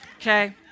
Okay